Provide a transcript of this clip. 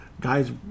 guys